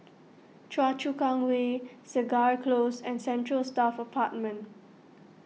Choa Chu Kang Way Segar Close and Central Staff Apartment